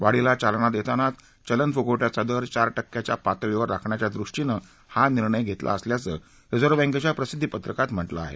वाढीला चालना देतानाच चलन फुगवट्याचा दर चार टक्क्याच्या पातळीवर राखण्याच्या दृष्टीनं हा निर्णय घेतला असल्याचं रिजर्व बँकेच्या प्रसिद्धी पत्रकात म्हटलं आहे